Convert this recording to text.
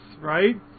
right